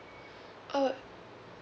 uh